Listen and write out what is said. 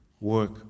work